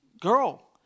girl